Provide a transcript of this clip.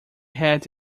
had